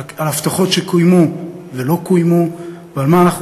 על הבטחות שקוימו ולא קוימו ומה אנחנו